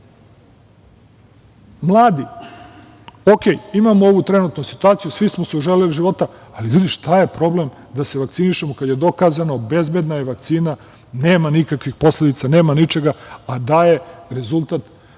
Mladi, okej, imamo ovu trenutnu situaciju, svi smo se uželeli života, ali ljudi šta je problem da se vakcinišemo kada je dokazano bezbedna je vakcina, nema nikakvih posledica, nema ničega, a daje rezultat